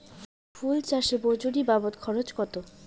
ফুল চাষে মজুরি বাবদ খরচ কত?